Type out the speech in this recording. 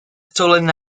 stolen